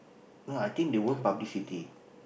no I think they will publicity